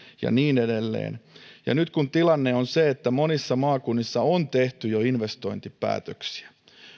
ja niin edelleen nyt tilanne on se että monissa maakunnissa on jo tehty investointipäätöksiä